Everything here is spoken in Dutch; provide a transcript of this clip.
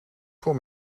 voor